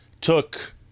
took